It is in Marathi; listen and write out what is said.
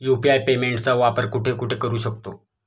यु.पी.आय पेमेंटचा वापर कुठे कुठे करू शकतो?